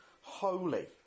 holy